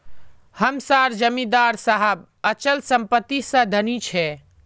हम सार जमीदार साहब अचल संपत्ति से धनी छे